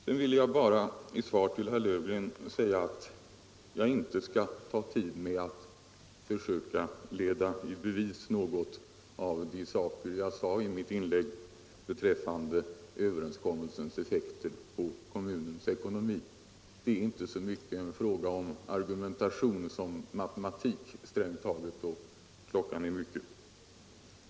Sedan vill jag bara, som svar till herr Löfgren, säga att jag inte skall ta upp tid med att försöka leda i bevis vad jag sade i mitt förra inlägg beträffande överenskommelsens effekt på kommunernas ekonomi. Det är inte så mycket en fråga om argumentation som om matematik, strängt taget, och klockan är mycket.